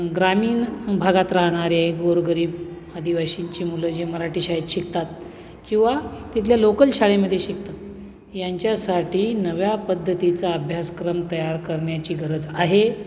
ग्रामीण भागात राहणारे गोरगरीब आदिवाशींची मुलं जे मराठी शाळेत शिकतात किंवा तिथल्या लोकल शाळेमध्ये शिकतात यांच्यासाठी नव्या पद्धतीचा अभ्यासक्रम तयार करण्याची गरज आहे